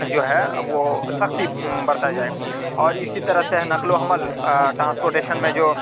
جو ہے وہ سختی برتا جائے اور اسی طرح سے نقل و حمل ٹرانسپوٹیشن میں جو